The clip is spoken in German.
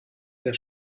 der